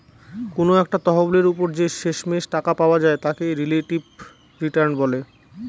কোনো একটা তহবিলের ওপর যে শেষমেষ টাকা পাওয়া যায় তাকে রিলেটিভ রিটার্ন বলে